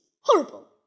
Horrible